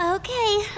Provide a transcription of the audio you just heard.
Okay